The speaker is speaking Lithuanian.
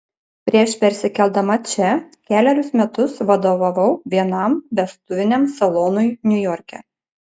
prieš persikeldama čia kelerius metus vadovavau vienam vestuviniam salonui niujorke